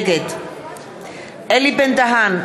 נגד אלי בן-דהן,